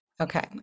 Okay